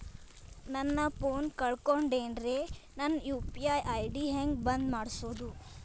ನನ್ನ ಫೋನ್ ಕಳಕೊಂಡೆನ್ರೇ ನನ್ ಯು.ಪಿ.ಐ ಐ.ಡಿ ಹೆಂಗ್ ಬಂದ್ ಮಾಡ್ಸೋದು?